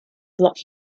block